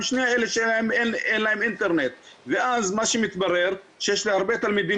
פעם שנייה אלה שאינן להם אינטרנט ואז מה שמתברר שיש להרבה תלמידים